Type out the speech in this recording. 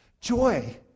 Joy